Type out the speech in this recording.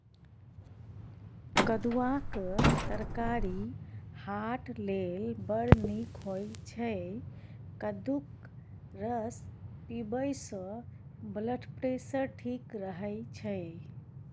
कद्दुआक तरकारी हार्ट लेल बड़ नीक होइ छै कद्दूक रस पीबयसँ ब्लडप्रेशर ठीक रहय छै